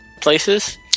places